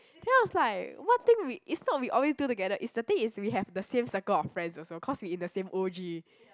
then I was like what thing we it's not we always do together it's the thing is we have the same circle of friends also cause we in the same O_G